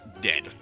dead